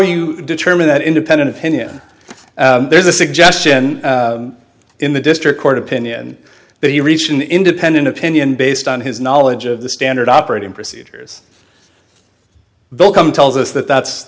you determine that independent opinion there's a suggestion in the district court opinion that he reached an independent opinion based on his knowledge of the standard operating procedures become tells us that that's